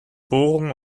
bohrung